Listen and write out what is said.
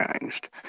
changed